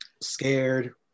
Scared